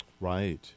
Right